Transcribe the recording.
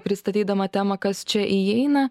pristatydama temą kas čia įeina